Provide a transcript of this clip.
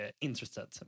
interested